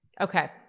okay